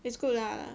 it's good lah